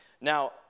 Now